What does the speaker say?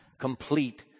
Complete